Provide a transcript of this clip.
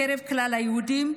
זאת בקרב כלל היהודים,